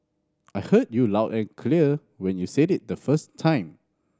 I heard you loud and clear when you said it the first time